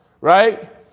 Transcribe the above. Right